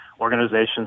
organizations